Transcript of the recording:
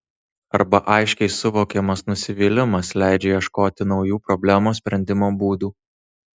arba aiškiai suvokiamas nusivylimas leidžia ieškoti naujų problemos sprendimo būdų